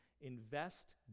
invest